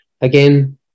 Again